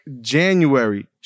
January